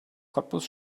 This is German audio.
cottbus